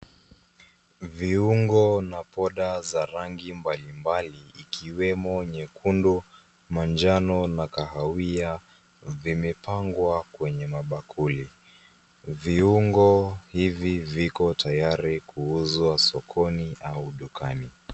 Viungo na powder za rangi mbalimbali ikiwemo nyekundu , manjano na kahawia vimepangwa kwenye mabakuli. Viungo hivi viko tayari kuuzwa sokoni au dukani.